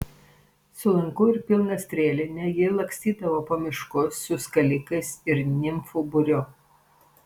su lanku ir pilna strėline ji lakstydavo po miškus su skalikais ir nimfų būriu